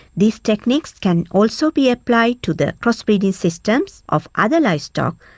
these techniques can also be applied to the crossbreeding systems of other livestock,